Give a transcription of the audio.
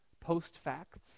post-facts